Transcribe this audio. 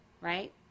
right